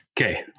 okay